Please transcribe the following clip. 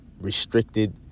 restricted